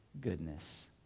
goodness